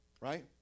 Right